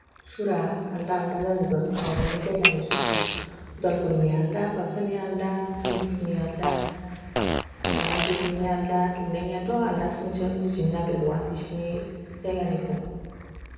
सुरा आलादा आलादा जाजोबो गावबा गावनि जायगानि सुरफ्रा उदालगुरिनिया आलादा बाकसानिया आलादा तामुलपुरनिया आलादा आरो दुधनैनिया आलादा दुधनैनियाथ' आलादासिनसो बुजिनो नागिरबावा बिसोरनि जायगानिखौ